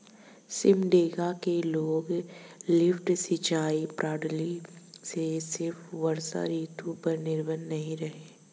सिमडेगा के लोग लिफ्ट सिंचाई प्रणाली से सिर्फ वर्षा ऋतु पर निर्भर नहीं रहे